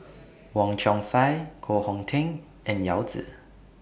Wong Chong Sai Koh Hong Teng and Yao Zi